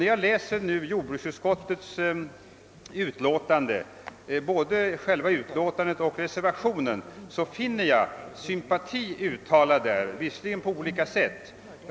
När jag läser jordbruksutskottets utlåtande och reservationen till utlåtandet, finner jag sympati uttalad för denna tanke på olika sätt.